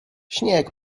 śnieg